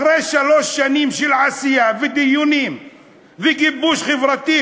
אחרי שלוש שנים של עשייה ודיונים וגיבוש חברתי,